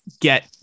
get